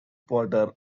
potter